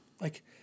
Like-